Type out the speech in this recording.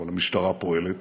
אבל המשטרה פועלת